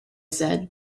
said